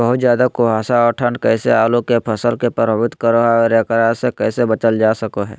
बहुत ज्यादा कुहासा और ठंड कैसे आलु के फसल के प्रभावित करो है और एकरा से कैसे बचल जा सको है?